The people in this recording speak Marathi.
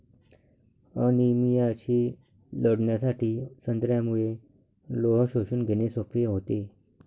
अनिमियाशी लढण्यासाठी संत्र्यामुळे लोह शोषून घेणे सोपे होते